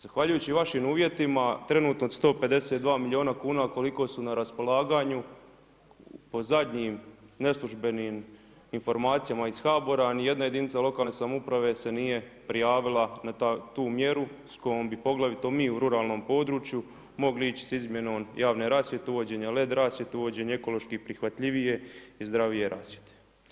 Zahvaljujući vašim uvjetima, trenutno od 152 milijuna kuna, od koliko su na raspolaganju, po zadnjim neslužbenim informacija iz HBOR-a, ni jedna jedinica lokalne samouprave se nije prijavila tu mjeru, s kojom bi poglavito mi u ruralnom području, mogli ići s izmjenom javne rasvjete, uvođenje led rasvjete, uvođenje ekološki prihvatljivije i zdravije rasvjete.